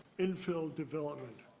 infill development.